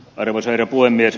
arvoisa herra puhemies